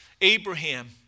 Abraham